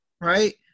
right